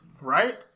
Right